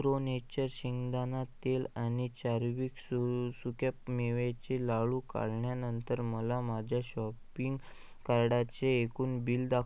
pro Nature शेंगदाणा तेल आणि चार्विक सु सुक्यामेव्याचे लाडू काढल्यानंतर मला माझ्या शॉपिंग कार्डाचे एकूण बिल दाखवा